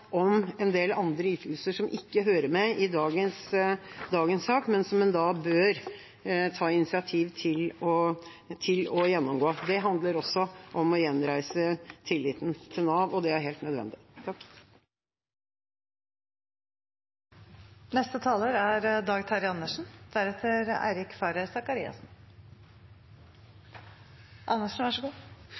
om en del andre ytelser som ikke hører til i dagens sak, men som en bør ta initiativ til å gjennomgå. Det handler også om å gjenreise tilliten til Nav, og det er helt nødvendig.